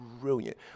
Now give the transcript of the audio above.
brilliant